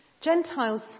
Gentiles